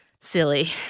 Silly